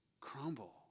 crumble